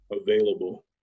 available